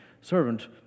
Servant